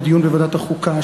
לדיון בוועדת החוקה.